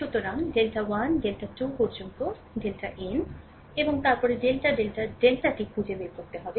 সুতরাং delta 1 delta 2 পর্যন্ত delta n এবং তারপরে ডেল্টা ডেল্টা ডেল্টাটি খুঁজে বের করতে হবে